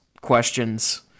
questions